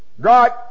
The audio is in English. God